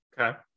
okay